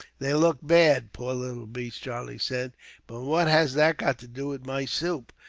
they look bad, poor little beasts, charlie said but what has that got to do with my soup?